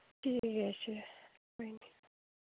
ठीक ऐ अच्छा कोई निं